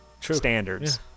standards